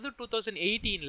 2018